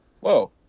whoa